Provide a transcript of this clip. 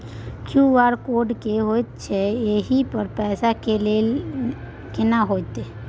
QR code की होयत छै एहि पर पैसा के लेन देन केना होयत छै?